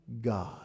God